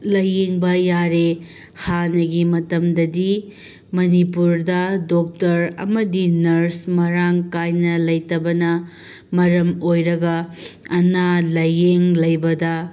ꯂꯥꯏꯌꯦꯡꯕ ꯌꯥꯔꯦ ꯍꯥꯟꯅꯒꯤ ꯃꯇꯝꯗꯗꯤ ꯃꯅꯤꯄꯨꯔꯗ ꯗꯣꯛꯇꯔ ꯑꯃꯗꯤ ꯅꯔꯁ ꯃꯔꯥꯡ ꯀꯥꯏꯅ ꯂꯩꯇꯕꯅ ꯃꯔꯝ ꯑꯣꯏꯔꯒ ꯑꯅꯥ ꯂꯥꯏꯌꯦꯡ ꯂꯩꯕꯗ